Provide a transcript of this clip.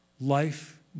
life